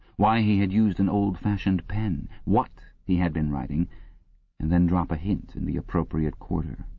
why he had used an old-fashioned pen, what he had been writing and then drop a hint in the appropriate quarter.